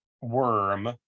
worm